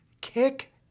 kick